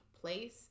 place